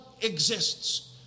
exists